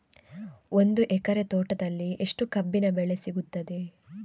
ಒಂದು ಎಕರೆ ತೋಟದಲ್ಲಿ ಎಷ್ಟು ಕಬ್ಬಿನ ಬೆಳೆ ಸಿಗುತ್ತದೆ?